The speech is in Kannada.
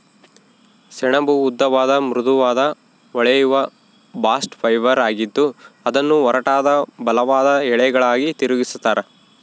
ಸೆಣಬು ಉದ್ದವಾದ ಮೃದುವಾದ ಹೊಳೆಯುವ ಬಾಸ್ಟ್ ಫೈಬರ್ ಆಗಿದ್ದು ಅದನ್ನು ಒರಟಾದ ಬಲವಾದ ಎಳೆಗಳಾಗಿ ತಿರುಗಿಸ್ತರ